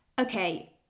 okay